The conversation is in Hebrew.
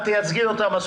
את תייצגי אותם.